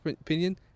opinion